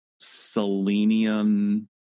selenium